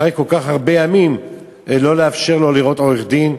אחרי כל כך הרבה ימים לא לאפשר לו לראות עורך-דין.